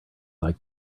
like